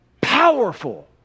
powerful